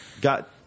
got